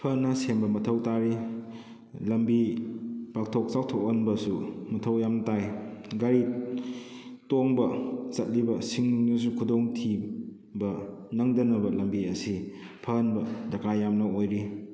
ꯐꯅ ꯁꯦꯝꯕ ꯃꯊꯧ ꯇꯥꯔꯤ ꯂꯝꯕꯤ ꯄꯥꯛꯊꯣꯛ ꯆꯥꯎꯊꯣꯛ ꯍꯟꯕꯁꯨ ꯃꯊꯧ ꯌꯥꯝ ꯇꯥꯏ ꯒꯥꯔꯤ ꯇꯣꯡꯕ ꯆꯠꯂꯤꯕꯁꯤꯡꯅꯁꯨ ꯈꯨꯗꯣꯡꯊꯤꯕ ꯅꯪꯗꯅꯕ ꯂꯝꯕꯤ ꯑꯁꯤ ꯐꯍꯟꯕ ꯗꯔꯀꯥꯔ ꯌꯥꯝꯅ ꯑꯣꯏꯔꯤ